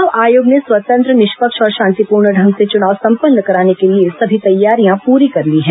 चुनाव आयोग ने स्वतंत्र निष्पक्ष और शांतिपूर्ण ढंग से चुनाव सम्पन्न कराने के लिए सभी तैयारियां पूरी कर ली हैं